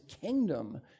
kingdom